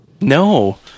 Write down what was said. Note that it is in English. No